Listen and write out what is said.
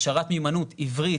הכשרת מיומנות עברית,